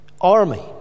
army